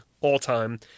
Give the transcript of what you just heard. all-time